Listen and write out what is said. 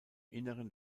inneren